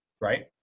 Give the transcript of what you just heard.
right